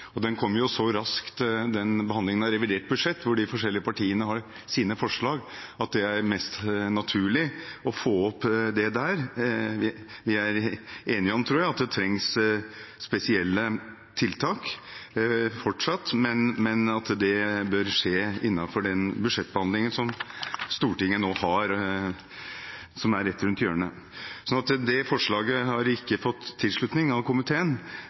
Behandlingen av revidert budsjett, der de forskjellige partiene har sine forslag, kommer jo så raskt at det er mest naturlig å ta dette opp der. Jeg tror vi er enige om at det fortsatt trengs spesielle tiltak, men at det bør skje innenfor den budsjettbehandlingen Stortinget har, og som er rett rundt hjørnet. Det forslaget har ikke fått tilslutning fra komiteen.